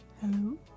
Hello